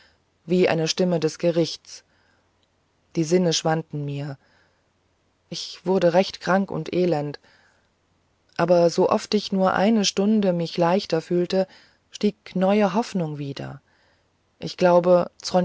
wie eine stimme des gerichtes die sinne schwanden mir ich wurde recht krank und elend aber so oft ich nur eine stunde mich leichter fühle steigt meine hoffnung wieder ich glaube